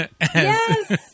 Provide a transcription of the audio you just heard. Yes